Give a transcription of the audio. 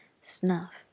Snuff